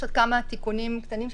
יש עוד כמה תיקונים קטנים,